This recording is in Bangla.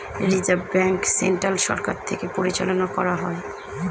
রিজার্ভ ব্যাঙ্ক সেন্ট্রাল সরকার থেকে পরিচালনা করা হয়